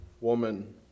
woman